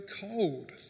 cold